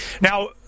now